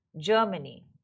Germany